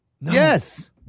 Yes